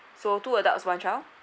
so two adults one child